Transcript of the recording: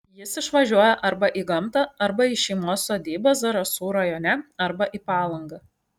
jis išvažiuoja arba į gamtą arba į šeimos sodybą zarasų rajone arba į palangą